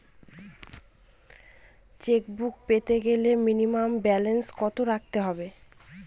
Chequebook পেতে গেলে minimum balance কত রাখতে হবে?